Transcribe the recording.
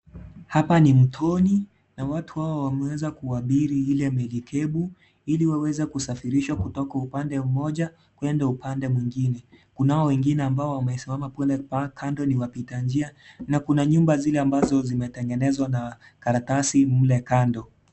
Hapa ni mtoni na watu hawa wameeza kuabiri Ile melikebu ili waweze kusafirishwa kutoka upande mmoja kuenda upande mwingine. Kunao wengine ambao wamesimama kule mpaka, kando ni wapita njia na kuna nyumba zile ambazo zimetengenezwa na kalatasi mle kando.